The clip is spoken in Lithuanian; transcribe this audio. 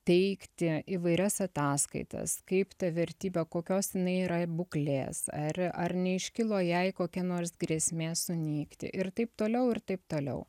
teikti įvairias ataskaitas kaip tą vertybę kokios jinai yra ir būklės ar ar neiškilo jai kokia nors grėsmė sunykti ir taip toliau ir taip toliau